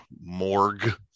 Morgue